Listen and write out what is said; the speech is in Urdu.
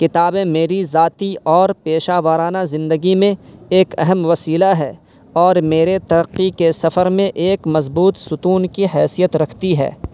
کتابیں میری ذاتی اور پیشہ وارانہ زندگی میں ایک اہم وسیلہ ہے اور میرے ترقی کے سفر میں ایک مضبوط ستون کی حیثیت رکھتی ہے